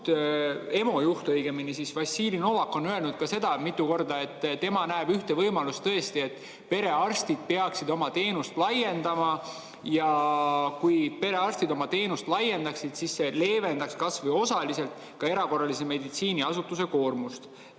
EMO juht õigemini, Vassili Novak on öelnud mitu korda, et tema näeb ühte võimalust: perearstid peaksid oma teenust laiendama ja kui perearstid oma teenust laiendaksid, siis see leevendaks kas või osaliselt erakorralise meditsiiniasutuse koormust.